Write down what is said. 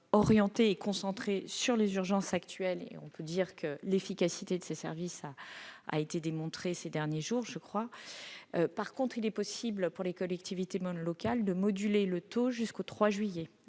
sont concentrés sur les urgences actuelles. Je le souligne, l'efficacité de ces services a été démontrée ces derniers jours. En revanche, il est possible pour les collectivités locales de moduler le taux jusqu'au 3 juillet,